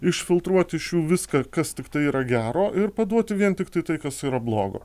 išfiltruoti iš jų viską kas tiktai yra gero ir paduoti vien tiktai tai kas yra blogo